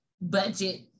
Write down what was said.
budget